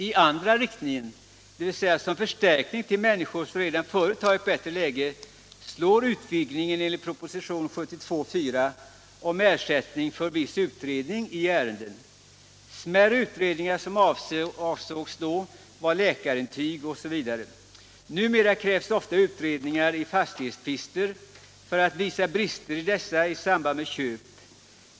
I den andra riktningen, dvs. som förstärkning till människor som redan förut har ett bättre läge, slår utvidgningen enligt proposition 1972:4 om ersättning för viss utredning i ärenden. Smärre utredningar som då avsågs var läkarintyg osv. Numera krävs ofta utredningar i fastighetstvister för att visa brister i dessa i samband med köp.